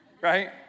Right